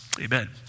Amen